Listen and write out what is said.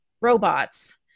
robots